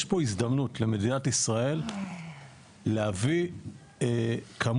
יש פה הזדמנות למדינת ישראל להביא כמות